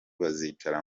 bazicara